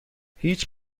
هیچ